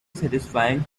satisfying